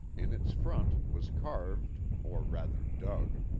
in its front was carved, or rather dug,